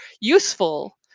useful